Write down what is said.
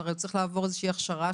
הרי הוא צריך לעבור איזושהי הכשרה,